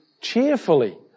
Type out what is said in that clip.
cheerfully